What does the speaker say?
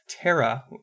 Terra